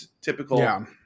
typical